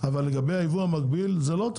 אבל לגבי הייבוא המקביל זה לא אותו